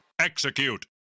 execute